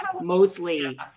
mostly